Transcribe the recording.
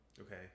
okay